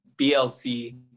BLC